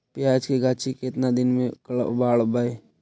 प्याज के गाछि के केतना दिन में कबाड़बै?